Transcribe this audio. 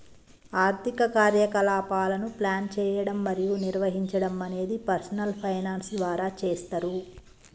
ఆర్థిక కార్యకలాపాలను ప్లాన్ చేయడం మరియు నిర్వహించడం అనేది పర్సనల్ ఫైనాన్స్ ద్వారా చేస్తరు